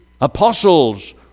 apostles